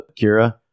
Kira